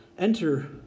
Enter